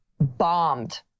bombed